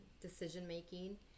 decision-making